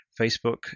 Facebook